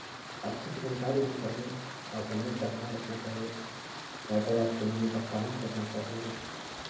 अच्छे से जानकारी होनी चाहिए और हेलमेट का ध्यान रखना चाहिए यातायात के नियमों का पालन करना चाहिए